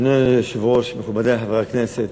אדוני היושב-ראש, מכובדי חברי הכנסת,